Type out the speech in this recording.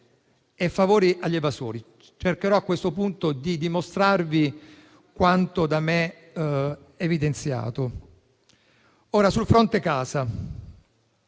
e favori agli evasori”. Cercherò a questo punto di dimostrarvi quanto da me evidenziato. Sul fronte casa